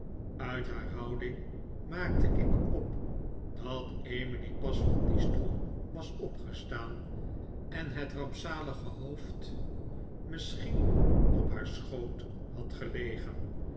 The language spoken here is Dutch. uit haar houding maakte ik op dat emily pas van dien stoel was opgestaan en het rampzalige hoofd misschien op haar schoot had gelegen